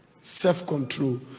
Self-control